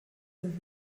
und